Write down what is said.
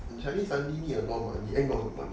in chinese studies a norm ah end of the month